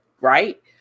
right